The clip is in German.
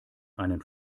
einen